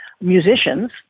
musicians –